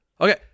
Okay